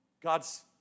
God's